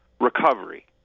recovery